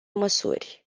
măsuri